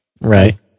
Right